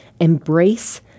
Embrace